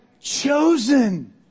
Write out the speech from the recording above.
chosen